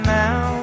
now